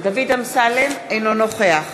אינו נוכח